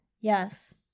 Yes